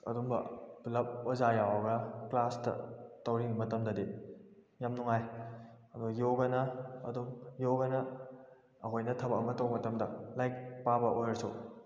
ꯑꯗꯨꯝꯕ ꯄꯨꯂꯞ ꯑꯣꯖꯥ ꯌꯥꯎꯔꯒ ꯀ꯭ꯂꯥꯁꯇ ꯇꯧꯔꯤꯉꯩ ꯃꯇꯝꯗꯗꯤ ꯌꯥꯝ ꯅꯨꯡꯉꯥꯏ ꯑꯗꯨ ꯌꯣꯒꯅ ꯑꯗꯨꯝ ꯌꯣꯒꯅ ꯑꯩꯈꯣꯏꯅ ꯊꯕꯛ ꯑꯃ ꯇꯧꯕ ꯃꯇꯝꯗ ꯂꯥꯏꯔꯤꯛ ꯄꯥꯕ ꯑꯣꯏꯔꯁꯨ